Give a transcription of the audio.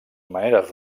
maneres